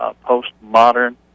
post-modern